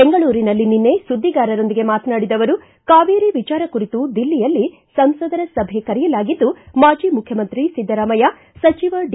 ಬೆಂಗಳೂರಿನಲ್ಲಿ ನಿನ್ನೆ ಸುದ್ದಿಗಾರರೊಂದಿಗೆ ಮಾತನಾಡಿದ ಅವರು ಕಾವೇರಿ ವಿಚಾರ ಕುರಿತು ದಿಲ್ಲಿಯಲ್ಲಿ ಸಂಸದರ ಸಭೆ ಕರೆಯಲಾಗಿದ್ದು ಮಾಜಿ ಮುಖ್ಜಮಂತ್ರಿ ಸಿದ್ದರಾಮಯ್ಯ ಸಚಿವ ಡಿ